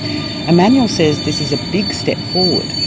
emmanuel says this is a big step forward,